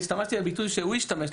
אני השתמשתי בביטוי שהוא השתמש בו.